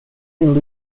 and